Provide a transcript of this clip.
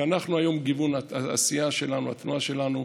ואנחנו היום, יש גיוון בסיעה שלנו, התנועה שלנו.